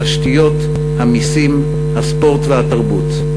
התשתיות, המסים, הספורט והתרבות,